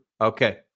Okay